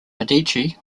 medici